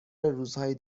روزهای